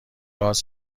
گاز